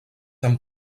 amb